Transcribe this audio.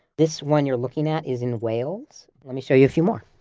this one you're looking at is in wales. let me show you a few more.